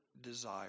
desire